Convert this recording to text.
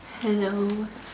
hello